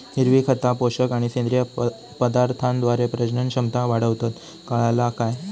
हिरवी खता, पोषक आणि सेंद्रिय पदार्थांद्वारे प्रजनन क्षमता वाढवतत, काळाला काय?